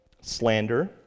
slander